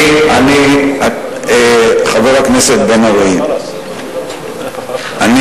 חבר הכנסת בן-ארי, אני